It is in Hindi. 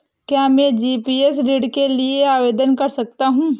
क्या मैं जी.पी.एफ ऋण के लिए आवेदन कर सकता हूँ?